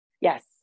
Yes